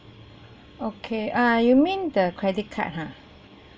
okay err you mean the credit card ha